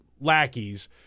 lackeys